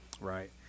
Right